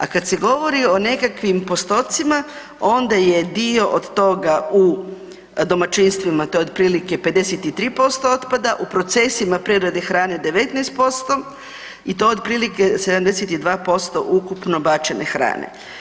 A kad se govori o nekakvim postotcima, onda je dio od toga u domaćinstvima, to je otprilike 53% otpada, u procesima prerade hrane 19% i to je otprilike 72% ukupno bačene hrane.